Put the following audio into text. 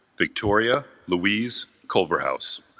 victoria louise culverhouse,